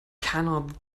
cannot